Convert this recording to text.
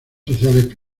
sociales